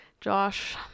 Josh